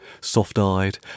Soft-eyed